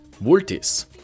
multis